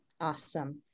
awesome